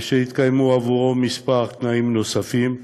שהתקיימו עבורו כמה תנאים נוספים,